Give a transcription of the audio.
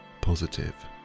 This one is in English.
positive